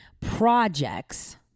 projects